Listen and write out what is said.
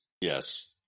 Yes